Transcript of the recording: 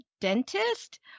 dentist